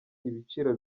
ibiciro